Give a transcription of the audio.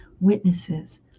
witnesses